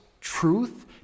truth